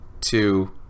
two